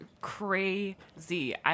crazy